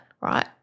right